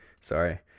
Sorry